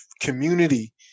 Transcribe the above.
community